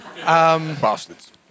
Bastards